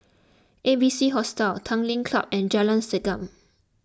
A B C Hostel Tanglin Club and Jalan Segam